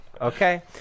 Okay